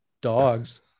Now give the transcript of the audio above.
dogs